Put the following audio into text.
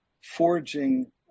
forging